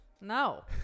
No